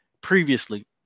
previously